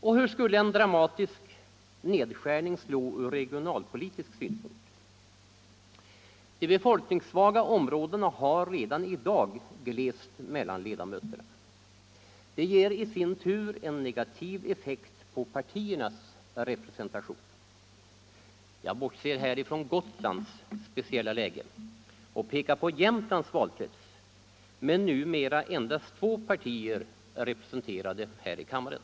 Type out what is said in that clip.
Och hur skulle en drastisk nedskärning slå ur regionalpolitisk syn = Nr 7 punkt? De befolkningssvaga områdena har redan i dag glest mellan ledamöterna. Det ger i sin tur en negativ effekt på partiernas representation. Jag bortser här från Gotlands speciella läge och pekar på Jämtlands valkrets med numera endast två partier representerade här i kammaren.